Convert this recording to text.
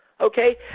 Okay